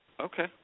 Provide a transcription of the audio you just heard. Okay